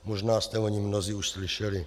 Možná jste o něm mnozí už slyšeli.